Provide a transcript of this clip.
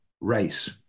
race